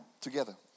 together